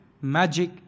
magic